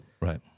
Right